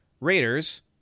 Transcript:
Raiders